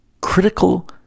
critical